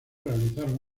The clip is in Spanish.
realizaron